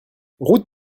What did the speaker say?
route